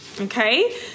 okay